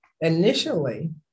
Initially